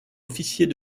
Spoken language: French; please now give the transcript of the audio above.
officier